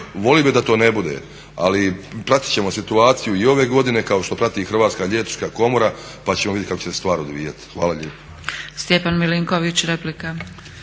Volio bih da to ne bude, ali pratit ćemo situaciju i ove godine kao što prati i Hrvatska liječnička komora pa ćemo vidjeti kako će se stvari odvijati. Hvala lijepo.